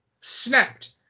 snapped